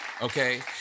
Okay